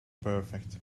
perfect